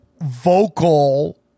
vocal